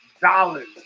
dollars